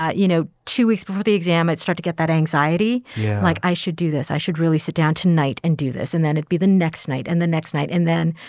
ah you know, two weeks before the exam, i start to get that anxiety like i should do this. i should really sit down tonight and do this. and then it be the next night and the next night. and then,